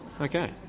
Okay